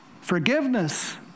forgiveness